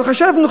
אבל חשבנו,